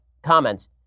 Comments